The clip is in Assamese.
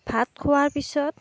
ভাত খোৱাৰ পিছত